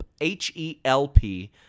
H-E-L-P